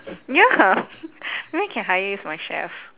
ya maybe I can hire you as my chef